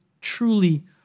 truly